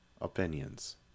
opinions